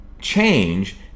change